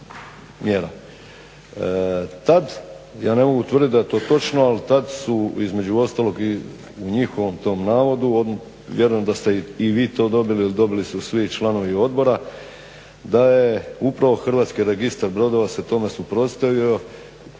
mjera. Tada, ja ne mogu tvrditi da je to točno ali tada su između ostaloga i u njihovom tom navodu, vjerujem da ste i vi to dobili jer dobili su svi članovi odbora da je upravo Hrvatski registar brodova se tome suprotstavio